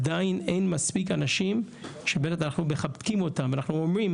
עדיין אין מספיק אנשים שבאמת אנחנו מחבקים אותם ואנחנו אומרים